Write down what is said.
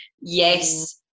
yes